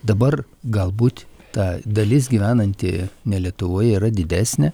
dabar galbūt ta dalis gyvenanti ne lietuvoje yra didesnė